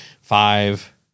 five